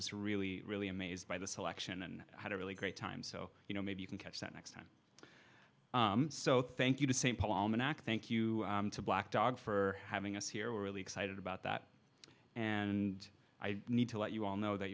just really really amazed by the selection and i had a really great time so you know maybe you can catch that next time so thank you to st paul minn act thank you to black dog for having us here we're really excited about that and i need to let you all know that